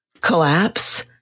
collapse